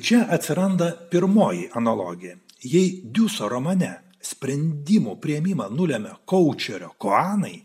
čia atsiranda pirmoji analogija jei diuso romane sprendimo priėmimą nulemia koučerio koanai